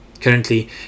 Currently